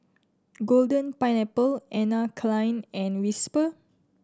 Golden Pineapple Anne Klein and Whisper